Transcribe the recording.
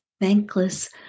thankless